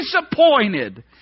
disappointed